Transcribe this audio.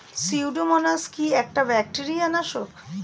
Pseudomonas কি একটা bacteria নাশক?